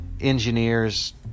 engineers